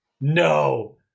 No